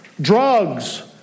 drugs